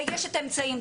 ויש את האמצעים.